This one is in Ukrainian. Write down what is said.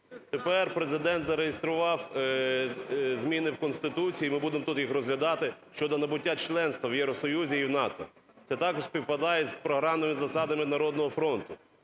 Тепер Президент зареєстрував зміни в Конституцію, і ми будемо тут їх розглядати щодо набуття членства в Євросоюзі і в НАТО. Це також співпадає з програмними засадами "Народного фронту".